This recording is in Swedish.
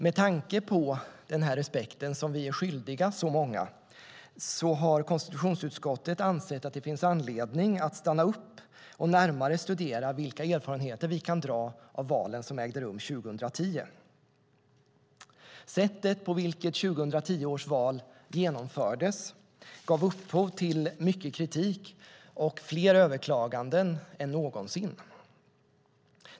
Med tanke på den respekt som vi är skyldiga så många har konstitutionsutskottet ansett att det finns anledning att stanna upp och närmare studera vilka erfarenheter vi kan dra av de val som ägde rum 2010. Sättet på vilket 2010 års val genomfördes gav upphov till mycket kritik och fler överklaganden än någonsin.